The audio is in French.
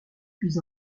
puis